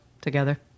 together